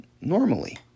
normally